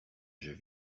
jeux